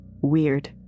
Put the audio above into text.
Weird